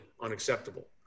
unacceptable